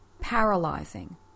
Paralyzing